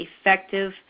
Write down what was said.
effective